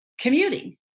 commuting